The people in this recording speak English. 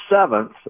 seventh